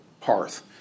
hearth